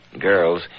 Girls